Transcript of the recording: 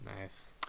nice